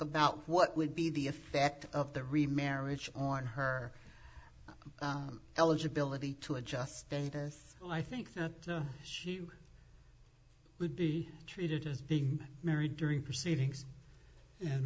about what would be the effect of the remarriage on her eligibility to adjust status i think that she would be treated as being married during proceedings and